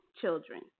children